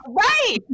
right